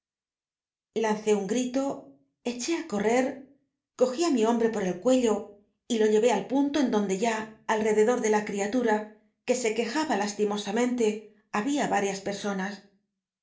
juggernaut lancé un grito eché á correr cogí á mi hombre por el cuello y lo llevé al punto en donde ya alrededor de la criatura que se quejaba lastimosamente había varias personas